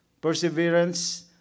perseverance